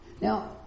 Now